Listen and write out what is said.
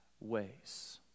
ways